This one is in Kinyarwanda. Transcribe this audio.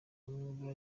bamwe